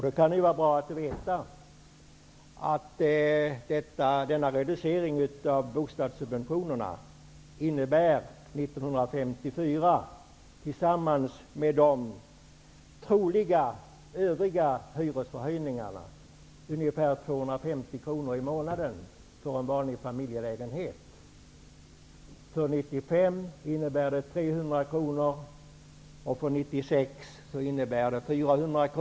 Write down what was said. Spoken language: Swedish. Det kan då vara bra att veta att denna reducering av bostadssubventionerna, tillsammans med övriga förmodade hyreshöjningar, för 1994 innebär en kostnad på ungefär 250 kr i månaden för en vanlig familjelägenhet. För 1995 innebär det 300 kr, och för 1996 innebär det 400 kr.